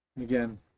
again